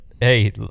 hey